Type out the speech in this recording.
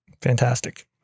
Fantastic